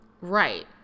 right